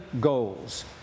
goals